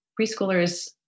preschoolers